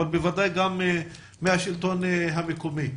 אבל בוודאי גם מהשלטון המקומי.